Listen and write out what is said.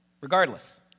regardless